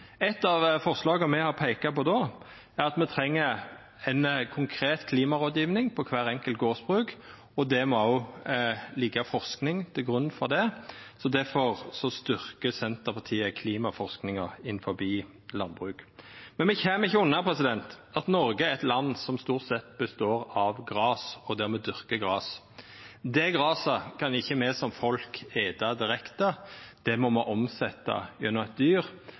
Eitt av forslaga me har peika på, er at me treng konkret klimarådgjeving på kvart enkelt gardsbruk, og det må òg liggja forsking til grunn for det. Difor styrkjer Senterpartiet klimaforskinga innan landbruket. Men me kjem ikkje unna at Noreg er eit land som stort sett består av gras, og der me dyrkar gras. Det graset kan ikkje me som folk eta direkte; det må me omsetja gjennom eit dyr